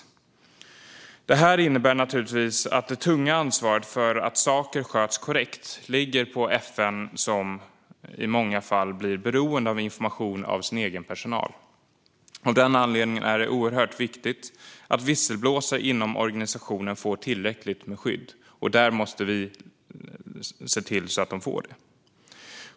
Det här innebär naturligtvis att det tunga ansvaret för att saker sköts korrekt ligger på FN som i många fall blir beroende av information från sin egen personal. Av den anledningen är det oerhört viktigt att visselblåsare inom organisationen får tillräckligt med skydd. Vi måste se till att de får det.